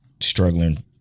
struggling